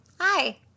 Hi